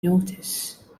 notice